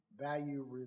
value